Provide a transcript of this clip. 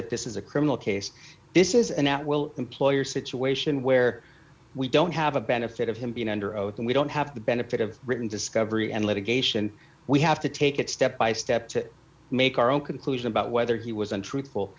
if this is a criminal case this is an at will employer situation where we don't have a benefit of him being under oath and we don't have the benefit of written discovery and litigation we have to take it step by step to make our own conclusion about whether he was untruthful